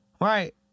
right